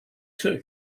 too